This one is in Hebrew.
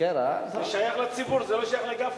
זה שייך לציבור, זה לא שייך לגפני.